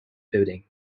building